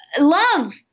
love